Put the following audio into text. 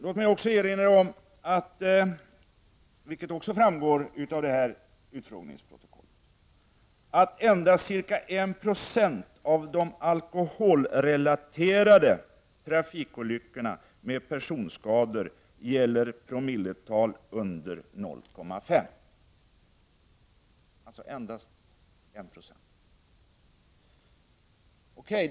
Låt mig också erinra om, vilket framgår av utfrågningsprotokollet, att endast ca 1 960 av de alkoholrelaterade trafikolyckorna med personskador gäller promilletal under 0,5 — endast 1 2.